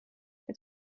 het